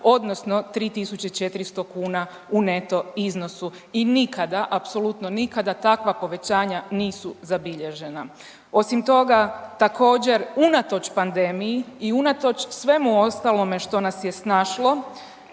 odnosno 3.400 kuna u neto iznosu i nikada, apsolutno nikada takva povećanja nisu zabilježena. Osim toga također unatoč pandemiji i unatoč svemu ostalome što nas je snašlo